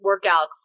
workouts